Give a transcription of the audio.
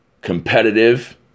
competitive